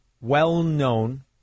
well-known